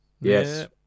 Yes